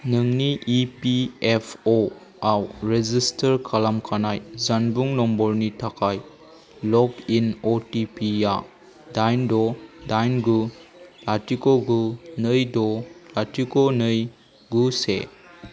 नोंनि E P F अ आव रेजिस्टार खालामखानाय जानबुं नम्बरनि थाखाय log in O T P आ दाइन द' दाइन गु लाथिख' गु नै द लाथिख' नै गु से